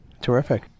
Terrific